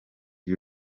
y’u